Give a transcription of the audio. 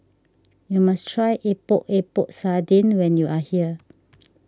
you must try Epok Epok Sardin when you are here